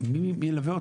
מי ילווה אותו?